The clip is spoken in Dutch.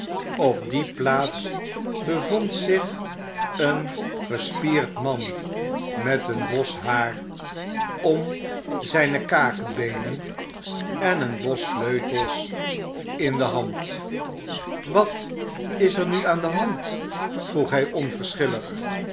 op die plaats bevond zich een gespierd man met een bos haar om zijne kakebeenen en een bos sleutels in de hand wat is er nu aan de hand vroeg hij